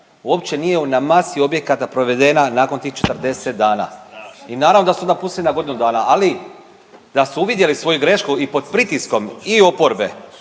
uopće nije na masi objekata provedena nakon tih 40 dana. I naravno da su onda pustili na godinu dana, ali da su uvidjeli svoju grešku i pod pritiskom i oporbe